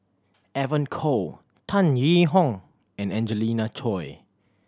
Evon Kow Tan Yee Hong and Angelina Choy